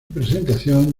presentación